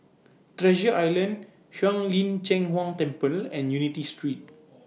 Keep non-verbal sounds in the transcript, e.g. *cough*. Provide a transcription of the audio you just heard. Treasure Island Shuang Lin Cheng Huang Temple and Unity Street *noise*